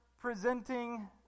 presenting